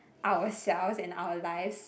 ourselves and our lives